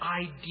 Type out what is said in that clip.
idea